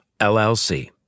LLC